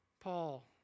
Paul